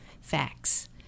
facts